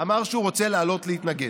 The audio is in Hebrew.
אמר שהוא רוצה לעלות ולהתנגד,